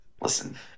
Listen